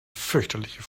fürchterliche